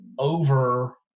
over